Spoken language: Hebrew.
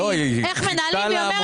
איך מנהלים דיון,